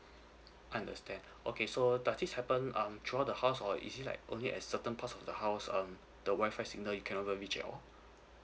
understand okay so does this happen um throughout the house or is it like only at certain parts of the house um the Wi-Fi signal you cannot really reach at all